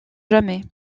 jamais